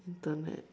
Internet